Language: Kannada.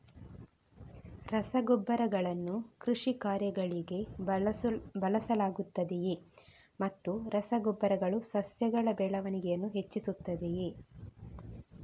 ರಸಗೊಬ್ಬರಗಳನ್ನು ಕೃಷಿ ಕಾರ್ಯಗಳಿಗೆ ಬಳಸಲಾಗುತ್ತದೆಯೇ ಮತ್ತು ರಸ ಗೊಬ್ಬರಗಳು ಸಸ್ಯಗಳ ಬೆಳವಣಿಗೆಯನ್ನು ಹೆಚ್ಚಿಸುತ್ತದೆಯೇ?